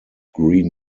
green